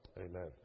Amen